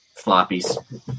floppies